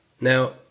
now